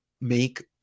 make